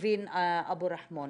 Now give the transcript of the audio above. ניבין אבו רחמון.